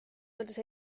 öeldes